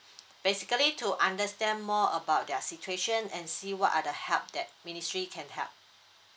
basically to understand more about their situation and see what are the help that ministry can help